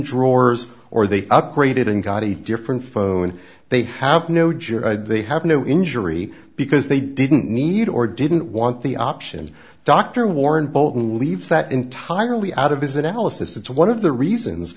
drawers or they upgraded and got a different phone they have no juror they have no injury because they didn't need or didn't want the option dr warren bolton leaves that entirely out of his analysis it's one of the reasons